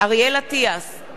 אריאל אטיאס,